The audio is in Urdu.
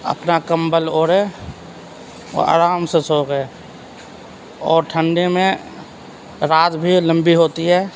اپنا کمبل اوڑھے اور آرام سے سو گئے اور ٹھنڈی میں رات بھی لمبی ہوتی ہے